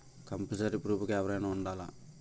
Compulsory proof గా ఎవరైనా ఉండాలా?